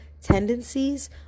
tendencies